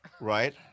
right